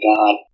God